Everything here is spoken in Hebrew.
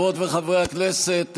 חברות וחברי הכנסת,